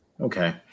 Okay